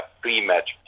pre-match